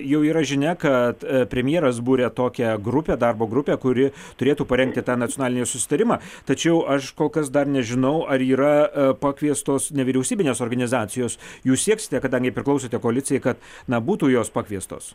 jau yra žinia kad premjeras buria tokią grupę darbo grupę kuri turėtų parengti tą nacionalinį susitarimą tačiau aš kol kas dar nežinau ar yra a pakviestos nevyriausybinės organizacijos jūs sieksite kadangi priklausote koalicijai kad na būtų jos pakviestos